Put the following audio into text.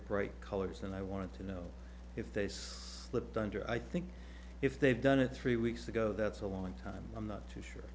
bright colors and i want to know if they slipped under i think if they've done it three weeks ago that's a long time i'm not too sure